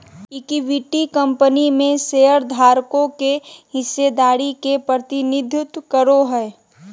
equity company में शेयरधारकों के हिस्सेदारी के प्रतिनिधित्व करो हइ